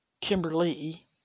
Kimberly